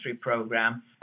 program